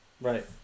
Right